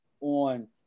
on